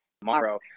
tomorrow